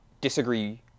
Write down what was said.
disagree